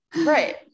right